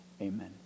Amen